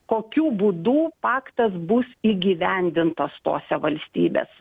kokiu būdu paktas bus įgyvendintas tose valstybės